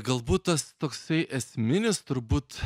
galbūt tas toksai esminis turbūt